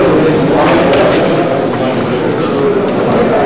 התשע"א 2010, נתקבל.